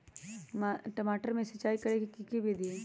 टमाटर में सिचाई करे के की विधि हई?